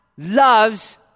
Loves